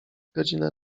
godzina